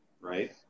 right